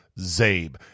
zabe